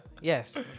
Yes